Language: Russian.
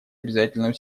обязательную